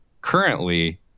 Currently